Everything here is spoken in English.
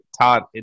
Todd –